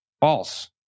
False